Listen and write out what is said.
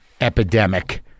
epidemic